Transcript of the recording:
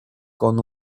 con